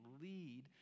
lead